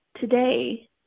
today